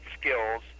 skills